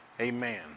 Amen